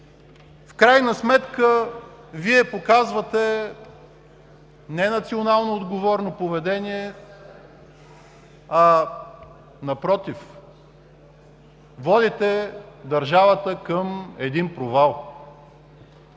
В крайна сметка Вие показвате не националноотговорно поведение, а напротив – водите държавата към провал.